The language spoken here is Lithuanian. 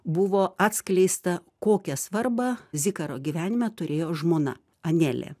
buvo atskleista kokią svarbą zikaro gyvenime turėjo žmona anelė